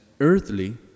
earthly